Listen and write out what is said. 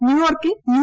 ന്യൂയോർക്കിൽ യു